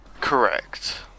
Correct